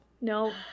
no